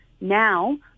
Now